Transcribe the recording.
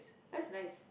was nice